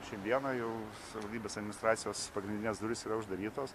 šiandieną jau savivaldybės administracijos pagrindinės durys yra uždarytos